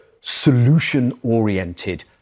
solution-oriented